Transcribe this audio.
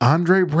Andre